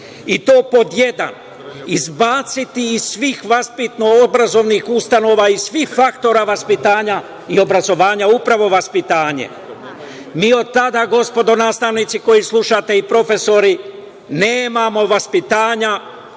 I to pod jedan, izbaciti iz svih vaspitano obrazovnih ustanova i svih faktora vaspitanja i obrazovanja, upravo vaspitanje. Mi od tada, gospodo, nastavnici koji slušate i profesori nemamo vaspitanja